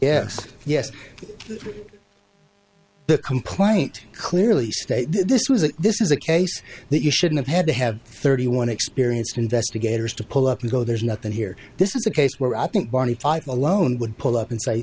yes yes the complaint clearly states this was a this is a case that you shouldn't have had to have thirty one experienced investigators to pull up and go there's nothing here this is a case where i think barney fife alone would pull up and say